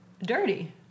Dirty